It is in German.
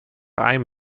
einem